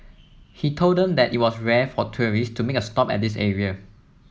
he told them that it was rare for tourists to make a stop at this area